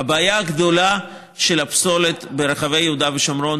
הבעיה הגדולה של הפסולת ברחבי יהודה ושומרון,